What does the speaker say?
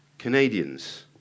Canadians